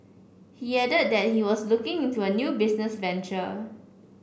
he added that he was looking into a new business venture